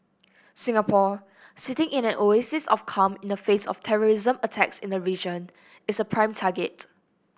Singapore sitting in an oasis of calm in the face of terrorism attacks in the region is a prime target